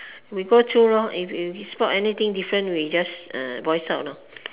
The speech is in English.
we go through lor we if if we spot anything different we just voice out now